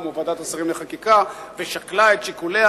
בוועדת השרים לחקיקה ושקלה את שיקוליה,